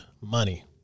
money